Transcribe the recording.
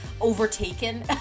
overtaken